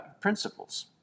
principles